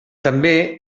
també